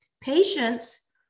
patients